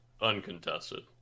uncontested